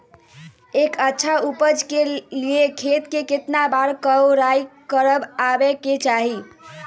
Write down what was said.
एक अच्छा उपज के लिए खेत के केतना बार कओराई करबआबे के चाहि?